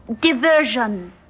diversion